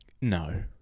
No